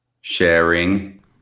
Sharing